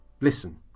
Listen